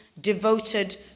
devoted